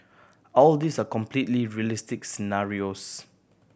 all these are completely realistic scenarios